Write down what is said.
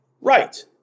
Right